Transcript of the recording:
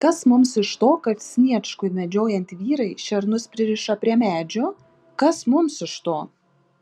kas mums iš to kad sniečkui medžiojant vyrai šernus pririša prie medžių kas mums iš to